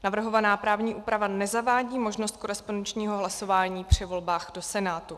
Navrhovaná právní úprava nezavádí možnost korespondenčního hlasování při volbách do Senátu.